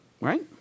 right